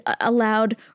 allowed